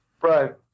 Right